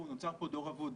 נוצר פה דור אבוד,